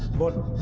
but